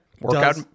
Workout